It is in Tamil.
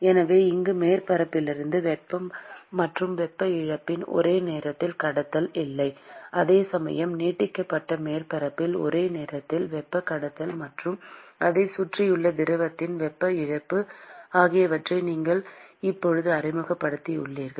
எனவே இங்கு மேற்பரப்பிலிருந்து வெப்பம் மற்றும் வெப்ப இழப்பின் ஒரே நேரத்தில் கடத்தல் இல்லை அதே சமயம் நீட்டிக்கப்பட்ட மேற்பரப்பில் ஒரே நேரத்தில் வெப்ப கடத்தல் மற்றும் அதைச் சுற்றியுள்ள திரவத்திற்கு வெப்ப இழப்பு ஆகியவற்றை நீங்கள் இப்போது அறிமுகப்படுத்தியுள்ளீர்கள்